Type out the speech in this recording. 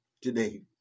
today